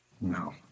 No